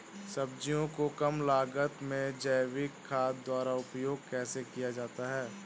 सब्जियों को कम लागत में जैविक खाद द्वारा उपयोग कैसे किया जाता है?